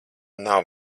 nav